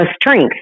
strength